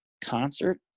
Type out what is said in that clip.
concert